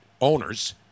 owners